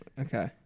Okay